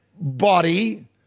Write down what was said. body